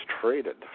traded